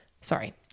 sorry